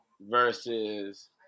versus